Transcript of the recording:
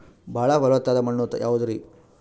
ಬಾಳ ಫಲವತ್ತಾದ ಮಣ್ಣು ಯಾವುದರಿ?